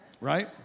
Right